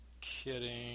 kidding